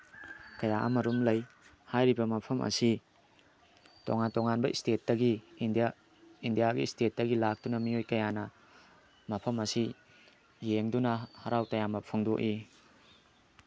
ꯀꯌꯥ ꯑꯃꯔꯣꯝ ꯂꯩ ꯍꯥꯏꯔꯤꯕ ꯃꯐꯝ ꯑꯁꯤ ꯇꯣꯉꯥꯟ ꯇꯣꯉꯥꯟꯕ ꯏꯁꯇꯦꯠꯇꯒꯤ ꯏꯟꯗꯤꯌꯥ ꯏꯟꯗꯤꯌꯥ ꯏꯁꯇꯦꯠꯇꯒꯤ ꯂꯥꯛꯇꯨꯅ ꯃꯤꯑꯣꯏ ꯀꯌꯥꯅ ꯃꯐꯝ ꯑꯁꯤ ꯌꯦꯡꯗꯨꯅ ꯍꯔꯥꯎ ꯇꯌꯥꯝꯕ ꯐꯣꯡꯗꯣꯛꯏ